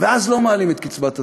ואז לא מעלים את קצבת הזיקנה,